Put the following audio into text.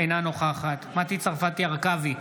אינה נוכחת מטי צרפתי הרכבי,